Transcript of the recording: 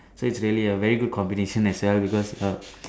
so its really a very good combination as well because err